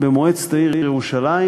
במועצת העיר ירושלים,